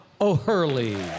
O'Hurley